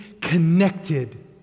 connected